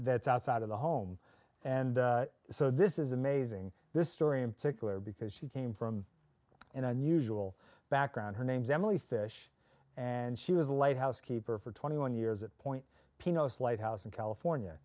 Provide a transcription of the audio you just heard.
that's outside of the home and so this is amazing this story in particular because she came from an unusual background her name's emily fish and she was a lighthouse keeper for twenty one years at pointe peano's lighthouse in california